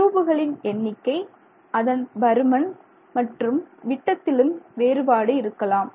டியூபுகளின் எண்ணிக்கை அதன் பருமன் மற்றும் விட்டத்திலும் வேறுபாடு இருக்கலாம்